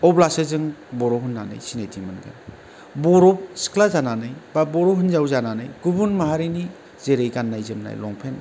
अब्लासो जों बर' होन्नानै सिनायथि मोनगोन बर' सिख्ला जानानै बा बर' हिनजाव जानानै गुबुन माहारिनि जेरै गान्नाय जोमनाय लंपेन्त